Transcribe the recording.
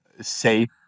safe